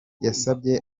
yasabye